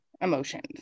emotions